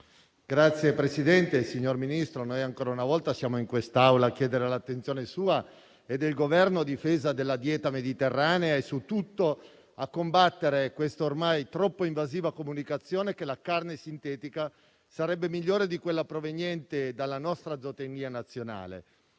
*(L-SP-PSd'Az)*. Signor Ministro, ancora una volta siamo in quest'Aula a chiedere l'attenzione sua e del Governo a difesa della dieta mediterranea e, su tutto, per combattere la ormai troppo invasiva comunicazione per cui la carne sintetica sarebbe migliore di quella proveniente dalla nostra zootecnia nazionale.